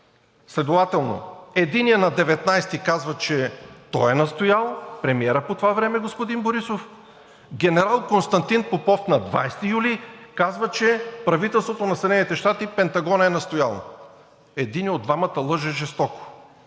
Следователно единият на 19-и казва, че той е настоял, премиерът по това време, господин Борисов, генерал Константин Попов на 20 юли казва, че правителството на Съединените щати и Пентагонът са настояли. Единият от двамата лъже жестоко.